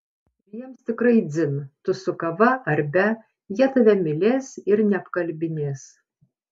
ir jiems tikrai dzin tu su kava ar be jie tave mylės ir neapkalbinės